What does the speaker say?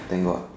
thank God